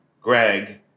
Greg